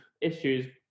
issues